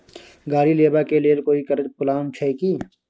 गाड़ी लेबा के लेल कोई कर्ज प्लान छै की?